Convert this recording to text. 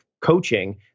coaching